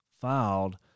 filed